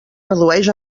redueix